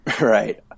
Right